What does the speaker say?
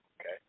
okay